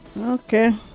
Okay